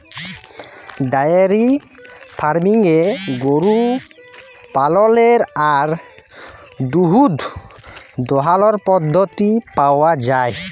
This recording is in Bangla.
ডায়েরি ফার্মিংয়ে গরু পাললের আর দুহুদ দহালর পদ্ধতি পাউয়া যায়